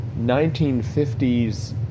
1950s